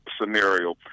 scenario